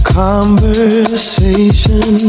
conversation